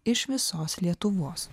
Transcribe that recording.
iš visos lietuvos